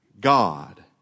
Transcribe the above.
God